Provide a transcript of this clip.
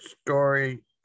story